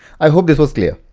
i hope this was clear.